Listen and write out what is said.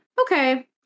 okay